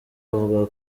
avuga